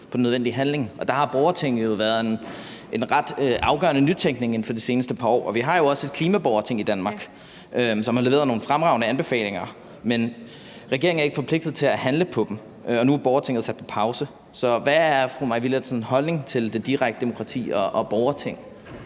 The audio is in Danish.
på den nødvendige handling. Der har borgerting været en ret afgørende nytænkning inden for de seneste par år, og vi har jo også et klimaborgerting i Danmark, som har leveret nogle fremragende anbefalinger, men regeringen er ikke forpligtet til at handle på dem, og nu er borgertinget sat på pause. Så hvad er fru Maj Villadsens holdning til det direkte demokrati og borgerting?